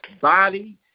body